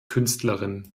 künstlerin